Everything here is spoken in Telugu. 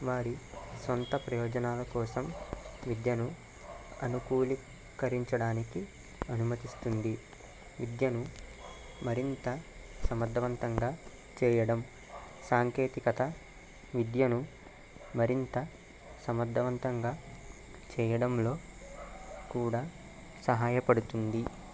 వారి సొంత ప్రయోజనాల కోసం విద్యను అనుకూలికరించడానికి అనుమతిస్తుంది విద్యను మరింత సమర్థవంతంగా చేయడం సాంకేతికత విద్యను మరింత సమర్థవంతంగా చేయడంలో కూడా సహాయపడుతుంది